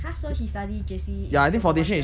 !huh! so he study J_C in singapore one year